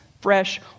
fresh